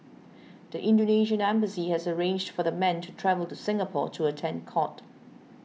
the Indonesian embassy had arranged for the men to travel to Singapore to attend court